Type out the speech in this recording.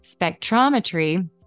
spectrometry